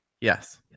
Yes